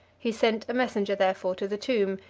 he sent a messenger, therefore, to the tomb,